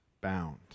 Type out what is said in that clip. bound